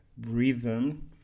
Rhythm